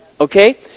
Okay